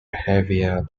behaviour